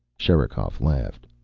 sherikov laughed.